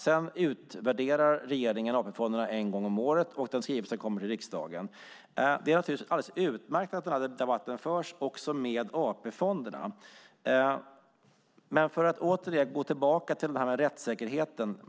Sedan utvärderar regeringen AP-fonderna en gång om året, och en skrivelse kommer till riksdagen. Det är naturligtvis utmärkt att debatten förs också med AP-fonderna. Låt mig återigen gå tillbaka till frågan om rättssäkerheten.